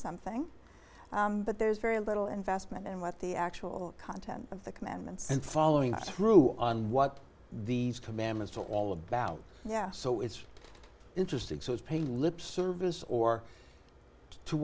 something but there's very little investment in what the actual content of the commandments and following through on what these commandments are all about yeah so it's interesting so is paying lip service or t